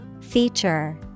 Feature